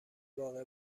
باغ